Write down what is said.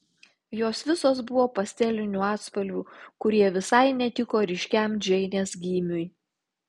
jos visos buvo pastelinių atspalvių kurie visai netiko ryškiam džeinės gymiui